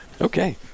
Okay